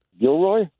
Gilroy